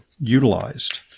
utilized